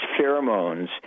pheromones